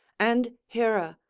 and hera,